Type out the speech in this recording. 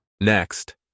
Next